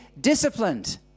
disciplined